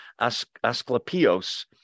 Asclepios